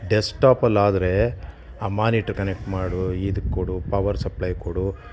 ಡೆಸ್ಕ್ಟಾಪಲ್ಲಾದರೆ ಆ monitor connect ಮಾಡು ಇದಕ್ಕೊಡು ಪವರ್ ಸಪ್ಲಯ್ ಕೊಡು